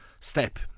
Step